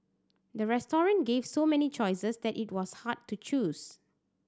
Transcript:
the restaurant gave so many choices that it was hard to choose